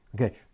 Okay